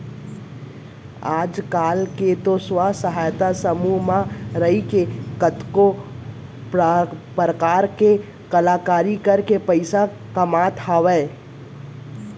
आज काल तो स्व सहायता समूह म रइके कतको परकार के कलाकारी करके पइसा कमावत हें